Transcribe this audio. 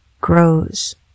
grows